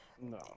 No